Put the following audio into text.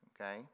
okay